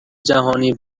جهانی